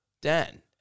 Dan